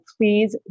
please